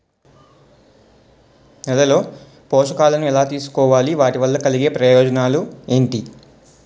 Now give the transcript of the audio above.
నేలలో పోషకాలను ఎలా తెలుసుకోవాలి? వాటి వల్ల కలిగే ప్రయోజనాలు ఏంటి?